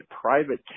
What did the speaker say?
private